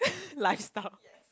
lifestyle